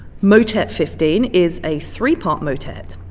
motet fifteen is a three-part motet.